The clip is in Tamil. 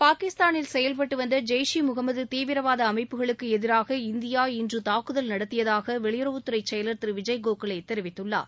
பாகிஸ்தானில் செயல்பட்டு வந்த ஜெய்ஷ் ஈ முகமது தீவிரவாத அமைப்புகளுக்கு எதிராக இந்தியா இன்று தாக்குதல் நடத்தியதாக வெளியுறவுத்துறை செயல் திரு விஜய் கோகலே தெரிவித்துள்ளார்